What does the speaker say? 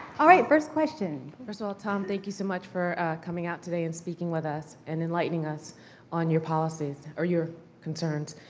alright, first question. first of all tom, thank you so much for coming out today and speaking with us, and enlightening us on your policies, or your concerns.